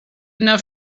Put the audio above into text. enough